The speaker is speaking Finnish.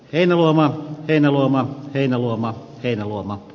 ennen lamaa emme luomaa heinäluoma heinäluoma